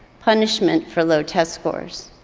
punishment for low test scores.